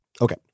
Okay